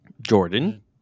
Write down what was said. Jordan